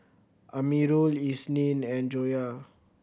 Amirul Isnin and Joyah